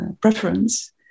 preference